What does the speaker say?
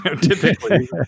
Typically